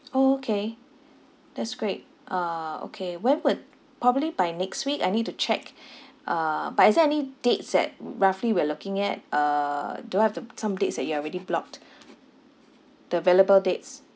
orh okay that's great uh okay when would probably by next week I need to check uh but is there any dates that r~ roughly we are looking at uh do I have to b~ some dates that you are already blocked the available dates